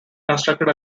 constructed